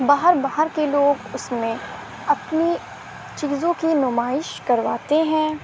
باہر باہر کے لوگ اس میں اپنی چیزوں کی نمائش کرواتے ہیں